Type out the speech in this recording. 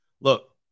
Look